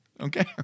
Okay